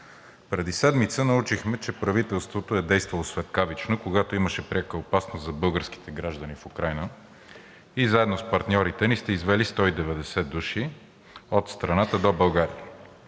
преди седмица научихме, че правителството е действало светкавично, когато имаше пряка опасност за българските граждани в Украйна, и заедно с партньорите ни сте извели 190 души от страната до България.